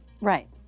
Right